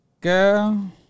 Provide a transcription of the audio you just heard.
Girl